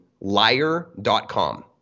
Liar.com